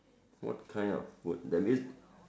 what kind of food that means